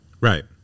right